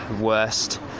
worst